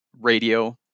radio